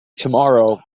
tomorrow